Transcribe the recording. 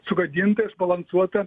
sugadinta išbalansuota